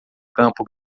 campo